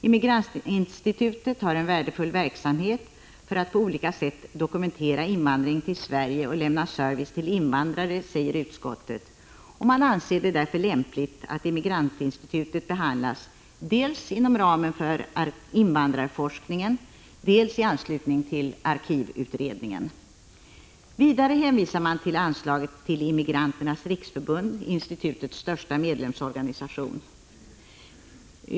Immigrantinstitutet bedriver en värdefull verksamhet för att på olika sätt dokumentera invandringen till Sverige och lämna service till invandrare, säger utskottet, och man anser det lämpligt att Immigrantinstitutet behandlas dels inom ramen för invandrarforskningen, dels i anslutning till arkivutredningen. Vidare hänvisar man till anslaget till Immigranternas riksförbund — institutets största medlemsorganisation.